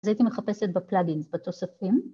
‫אז הייתי מחפשת בפלאגינס בתוספים.